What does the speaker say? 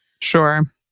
Sure